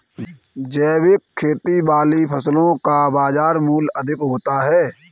जैविक खेती वाली फसलों का बाजार मूल्य अधिक होता है